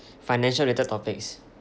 financial related topics